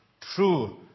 true